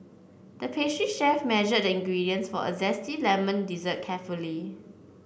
the pastry chef measured the ingredients for a zesty lemon dessert carefully